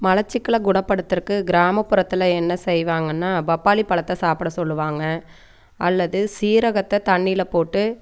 மலச்சிக்கல்லை குணப்படுத்துறக்கு கிராமபுரத்தில் என்ன செய்வாங்கன்னா பப்பாளி பழத்தை சாப்பிட சொல்லுவாங்க அல்லது சீரகத்தை தண்ணியில போட்டு